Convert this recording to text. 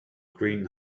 green